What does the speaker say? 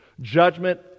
judgment